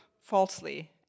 falsely